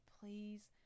Please